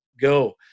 go